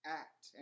act